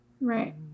Right